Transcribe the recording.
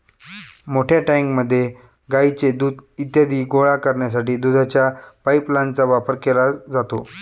मोठ्या टँकमध्ये गाईचे दूध इत्यादी गोळा करण्यासाठी दुधाच्या पाइपलाइनचा वापर केला जातो